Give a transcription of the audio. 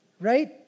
right